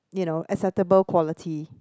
you know acceptable quality